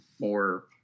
more